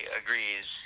agrees